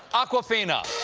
awkwafina!